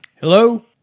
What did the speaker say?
hello